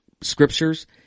scriptures